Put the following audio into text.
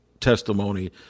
testimony